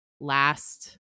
last